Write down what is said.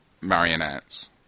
marionettes